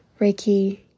reiki